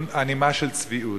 של צביעות,